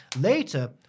Later